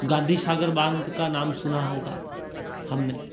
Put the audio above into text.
गाँधी सागर बांध का नाम सुना होगा हमने